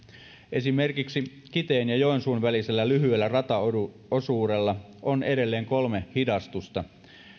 esimerkiksi kiteen ja joensuun välisellä lyhyellä rataosuudella on edelleen kolme hidastusta